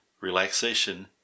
relaxation